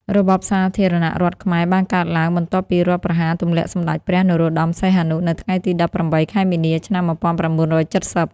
របបសាធារណរដ្ឋខ្មែរបានកើតឡើង បន្ទាប់ពីរដ្ឋប្រហារទម្លាក់សម្ដេចព្រះ នរោត្តម សីហនុ នៅថ្ងៃទី១៨ ខែមីនា ឆ្នាំ១៩៧០។